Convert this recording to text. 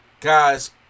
guys